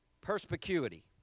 perspicuity